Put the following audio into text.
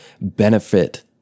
benefit